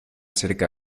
cerca